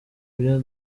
kubyo